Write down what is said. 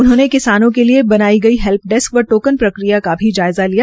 उन्होने किसानों के लिये बनाई हैल्प डेस्क व टोकन प्रक्रिया का भी जायज़ा लिया